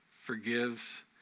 forgives